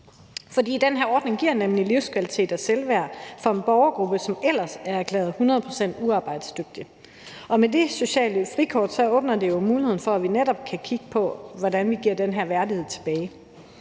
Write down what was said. For den her ordning giver nemlig livskvalitet og selvværd for en borgergruppe, som ellers er erklæret 100 pct. uarbejdsdygtige. Og det sociale frikort åbner muligheden for, at vi netop kan kigge på, hvordan vi giver den her værdighed tilbage.